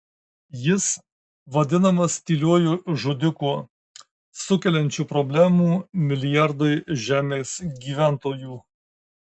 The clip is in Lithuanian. jis vadinamas tyliuoju žudiku sukeliančiu problemų milijardui žemės gyventojų